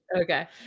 Okay